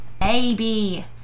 Baby